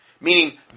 Meaning